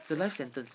it's a loie sentence